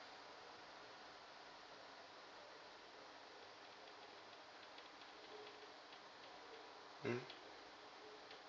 mm